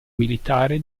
militare